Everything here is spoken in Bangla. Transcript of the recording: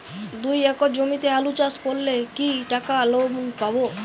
দুই একর জমিতে আলু চাষ করলে কি টাকা লোন পাবো?